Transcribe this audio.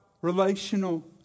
relational